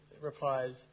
replies